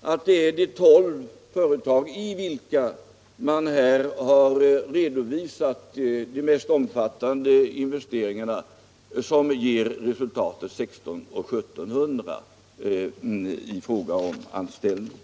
att det är de tolv företag, i vilka man har redovisat de mest omfattande investeringarna, som ger resultatet 1 600 ä 1 700 i fråga om anställningar.